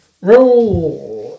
roll